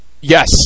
Yes